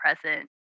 present